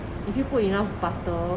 if you put enough butter